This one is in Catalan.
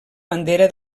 bandera